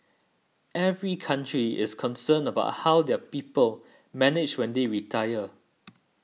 every country is concerned about how their people manage when they retire